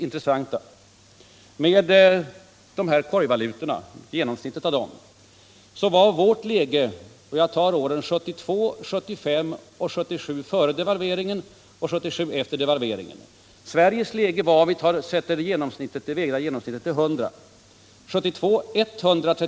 Låt oss göra en jämförelse av det relativa kostnadsläget per producerad enhet — det är det som är det intressanta — mellan Sverige och genomsnittet av korgvalutorna.